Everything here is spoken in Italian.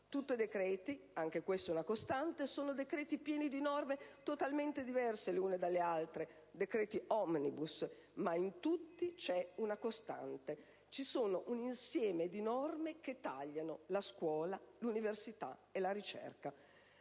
Tutti i decreti - anche questa è una costante - sono pieni di norme totalmente diverse le une dalle altre, decreti *omnibus*, ma in tutti c'è una costante: un insieme di norme che tagliano nei settori della scuola, dell'università e della ricerca.